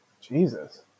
Jesus